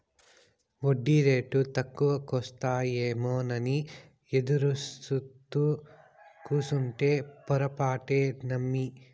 ఒడ్డీరేటు తక్కువకొస్తాయేమోనని ఎదురుసూత్తూ కూసుంటే పొరపాటే నమ్మి